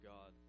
God